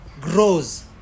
grows